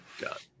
Got